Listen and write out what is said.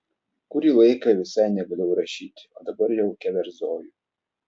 kurį laiką visai negalėjau rašyti o dabar jau keverzoju